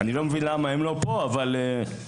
אני לא מבין למה הם לא פה, חבל.